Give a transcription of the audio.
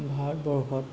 ভাৰতবৰ্ষত